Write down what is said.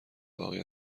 باقی